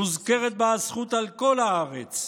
מוזכרת בה הזכות על כל הארץ,